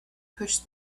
pushed